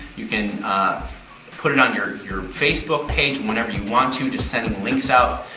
you can put it on your your facebook page whenever you want to, just sending the links out.